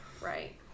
Right